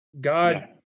God